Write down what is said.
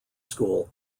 school